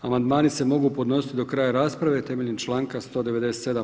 Amandmani se mogu podnositi do kraja rasprave temeljem članka 197.